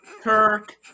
Kirk